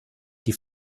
die